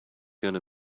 gonna